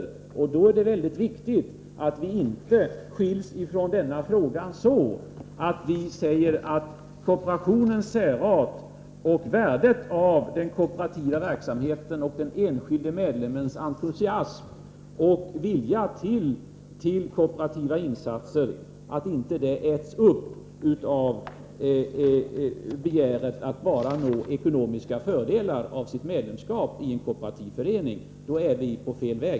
I det sammanhanget är det väldigt viktigt att vi inte skiljs från denna fråga på det sättet att vi säger att kooperationens särart och värdet av den kooperativa verksamheten samt den enskilde medlemmens entusiasm och vilja att göra kooperativa insatser inte äts upp av det egna begäret att enbart nå ekonomiska fördelar med sitt medlemskap i en kooperativ förening. Herr talman! Då är vi på fel väg.